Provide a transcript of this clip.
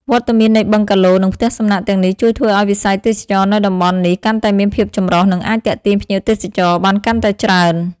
វត្តមាននៃបឹងហ្គាឡូ និងផ្ទះសំណាក់ទាំងនេះជួយធ្វើឲ្យវិស័យទេសចរណ៍នៅតំបន់នេះកាន់តែមានភាពចម្រុះ និងអាចទាក់ទាញភ្ញៀវទេសចរបានកាន់តែច្រើន។